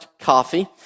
coffee